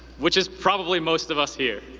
which is probably most of us here.